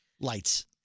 Lights